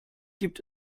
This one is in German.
gibt